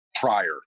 prior